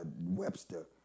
Webster